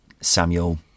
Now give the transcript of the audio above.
Samuel